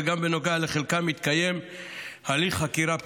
וגם בנוגע לחלקם מתקיים הליך חקירה פלילי.